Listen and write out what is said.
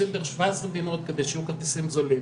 נוסעים בין שבע עשרה מדינות כדי שיהיו כרטיסים זולים.